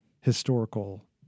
historical